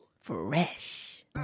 Fresh